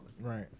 Right